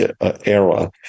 era